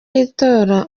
y’itora